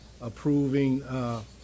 approving